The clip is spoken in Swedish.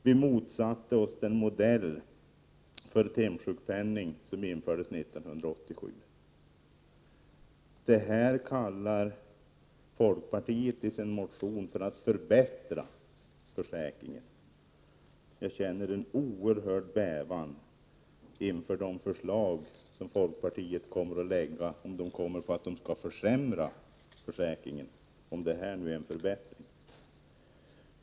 Vi motsatte oss den modell för timsjukpenningen som infördes 1987.” Det här kallar folkpartiet i sin motion för att förbättra försäkringen. Jag känner en oerhörd bävan inför de förslag som folkpartiet kommer att lägga fram, om man där kommer på att försämra försäkringen, eftersom det som står i den här motionen skulle vara en förbättring.